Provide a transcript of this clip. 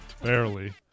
barely